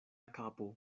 kapo